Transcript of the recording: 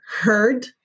heard